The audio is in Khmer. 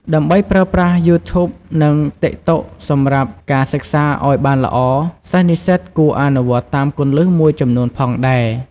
ដើម្បីប្រើប្រាស់ យូធូប និង តិកតុក សម្រាប់ការសិក្សាឲ្យបានល្អ សិស្សនិស្សិតគួរអនុវត្តតាមគន្លឹះមួយចំនួនផងដែរ។